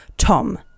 Tom